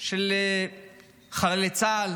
של חללי צה"ל,